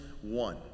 one